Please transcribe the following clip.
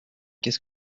qu’est